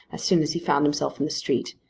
as soon as he found himself in the street.